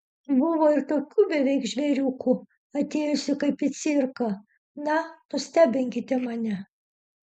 buvo ir tokių beveik žvėriukų atėjusių kaip į cirką na nustebinkite mane